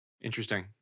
interesting